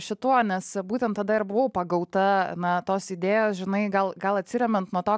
šituo nes būtent tada ir buvau pagauta na tos idėjos žinai gal gal atsiremiant nuo to